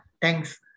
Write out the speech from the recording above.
thanks